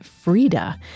Frida